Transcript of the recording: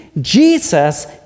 Jesus